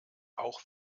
auch